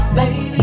Baby